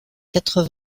quatre